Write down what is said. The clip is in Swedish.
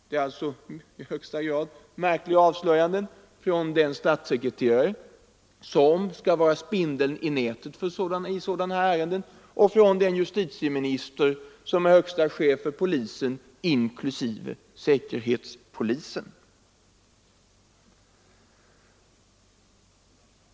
Det är alltså i högsta grad märkliga avslöjanden från den statssekreterare som skall vara spindeln i nätet i sådana ärenden och från den justitieminister som är högste chef för polisen, inklusive säkerhetspolisen.